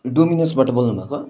डोमिनोसबाट बोल्नु भएको